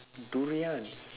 durians